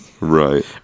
Right